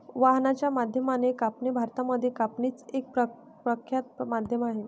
वाहनाच्या माध्यमाने कापणी भारतामध्ये कापणीच एक प्रख्यात माध्यम आहे